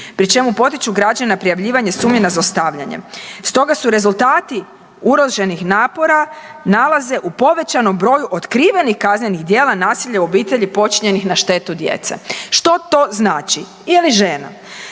pri čemu potiču građane na prijavljivanje sumnji na zlostavljanje. Stoga su rezultati uloženih napora nalaze u povećanom broju otkrivenih kaznenih djela nasilja u obitelji počinjenih na štetu djece. Što to znači? Ili žena,